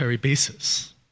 basis